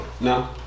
No